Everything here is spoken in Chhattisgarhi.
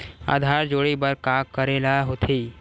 आधार जोड़े बर का करे ला होथे?